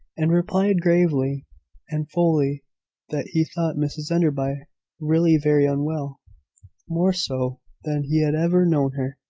and replied gravely and fully that he thought mrs enderby really very unwell more so than he had ever known her.